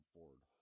Ford